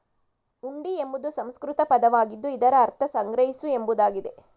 ಹುಂಡಿ ಎಂಬುದು ಸಂಸ್ಕೃತ ಪದವಾಗಿದ್ದು ಇದರ ಅರ್ಥ ಸಂಗ್ರಹಿಸು ಎಂಬುದಾಗಿದೆ